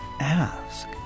ask